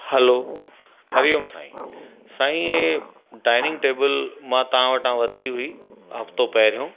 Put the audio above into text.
हलो हरि ओम साईं साईं हे dining table मां तव्हां वटां वरिती हुई हफ़्तो पहिरियों